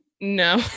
No